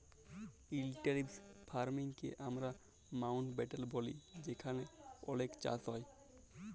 intensive farming কে আমরা মাউল্টব্যাটেল ব্যলি যেখালে অলেক চাষ হ্যয়